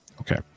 Okay